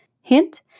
Hint